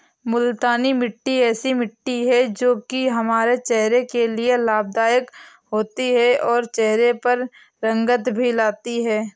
मूलतानी मिट्टी ऐसी मिट्टी है जो की हमारे चेहरे के लिए लाभदायक होती है और चहरे पर रंगत भी लाती है